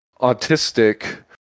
autistic